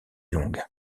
longue